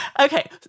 okay